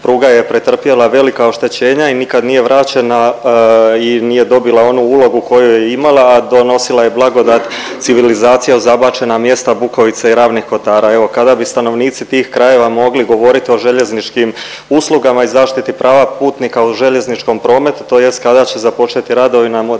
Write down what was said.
Pruga je pretrpjela velika oštećenja i nikad nije vraćena i nije dobila onu ulogu koju je imala, a donosila je blagodat, civilizacija u zabačena mjesta Bukovica i Ravnih Kotara. Evo kada bi stanovnici tih krajeva mogli govorit o željezničkim uslugama i zaštiti prava putnika u željezničkom prometa tj. kada će započeti radovi na